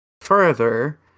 further